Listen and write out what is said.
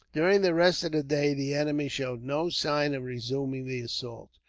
during the rest of the day, the enemy showed no signs of resuming the assault.